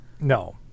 No